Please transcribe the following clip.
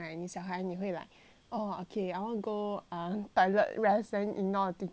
oh okay I want go a toilet rest then ignore teacher like take a break